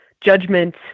judgment